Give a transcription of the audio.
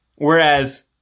Whereas